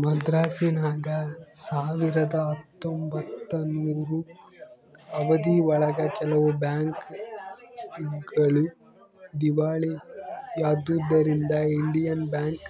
ಮದ್ರಾಸಿನಾಗ ಸಾವಿರದ ಹತ್ತೊಂಬತ್ತನೂರು ಅವಧಿ ಒಳಗ ಕೆಲವು ಬ್ಯಾಂಕ್ ಗಳು ದೀವಾಳಿ ಎದ್ದುದರಿಂದ ಇಂಡಿಯನ್ ಬ್ಯಾಂಕ್